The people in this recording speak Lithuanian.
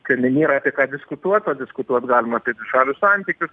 kad nėra apie ką diskutuot o diskutuot galima apie dvišalius santykius